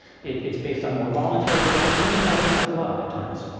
it's based on more voluntary deference and even elements of love, at times.